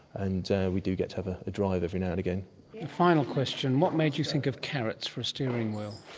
and we do get to have a drive every now and again. a final question what made you think of carrots for a steering wheel?